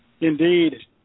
indeed